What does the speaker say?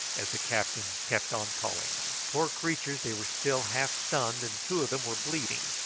as the captain kept on calling them. poor creatures, they were still half-stunned and two of them were bleeding,